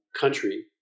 country